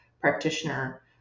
practitioner